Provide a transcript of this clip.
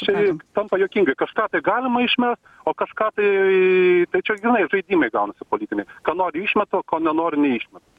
čia jau tampa juokingai kažką tai galima išmest o kažką tai tai čia grynai žaidimai gaunasi politiniai ką nori išmeta ko nenori neišmeta